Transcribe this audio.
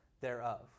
thereof